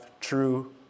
true